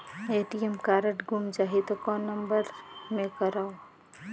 ATM card गुम जाही त कौन नम्बर मे करव?